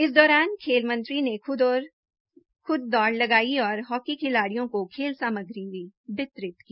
इस दौरान खेल मंत्री ने खुद दोड़ लगाई और हॉकी खिलाड़ियों को खेल सामग्री भी वितरित की